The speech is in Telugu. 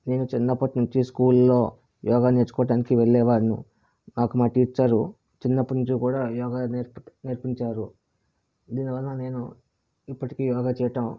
నేను చిన్నపట్నుంచి స్కూల్ లో యోగా నేర్చుకోటానికి వెళ్ళేవాడును నాకు మా టీచర్ చిన్నపట్నుంచి కూడా యోగా నేర్పి నేర్పించారు దీని వల్ల నేను ఇప్పటికీ యోగా చేయటం